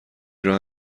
راه